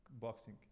boxing